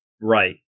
Right